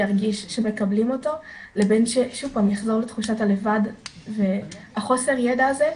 שירגיש שמקבלים אותו לבין שיחזור לתחושת הלבד וחוסר הידע הזה,